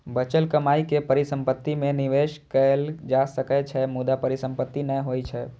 बचल कमाइ के परिसंपत्ति मे निवेश कैल जा सकै छै, मुदा परिसंपत्ति नै होइ छै